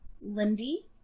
Lindy